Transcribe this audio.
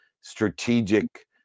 strategic